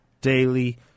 daily